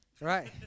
right